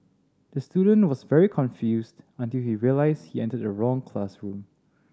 the student was very confused until he realised he entered the wrong classroom